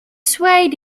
swayed